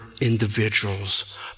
individuals